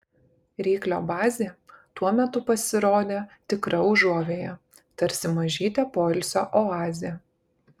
ryklio bazė tuo metu pasirodė tikra užuovėja tarsi mažytė poilsio oazė